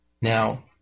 Now